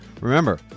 Remember